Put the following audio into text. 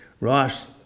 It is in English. Ross